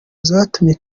zatumye